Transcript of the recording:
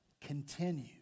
continue